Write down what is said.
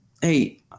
hey